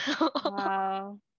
Wow